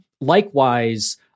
Likewise